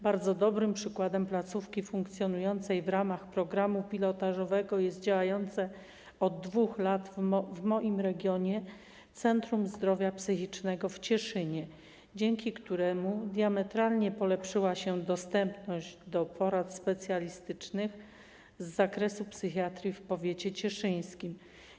Bardzo dobrym przykładem placówki funkcjonującej w ramach programu pilotażowego jest działające od 2 lat w moim regionie Centrum Zdrowia Psychicznego w Cieszynie, dzięki któremu diametralnie polepszyła się dostępność porad specjalistycznych z zakresu psychiatrii w powiecie cieszyńskim.